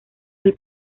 del